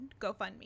GoFundMe